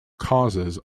causes